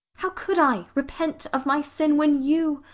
how could i repent of my sin when you,